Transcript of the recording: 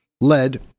lead